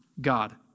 God